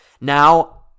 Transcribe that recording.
Now